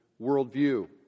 worldview